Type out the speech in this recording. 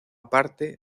parte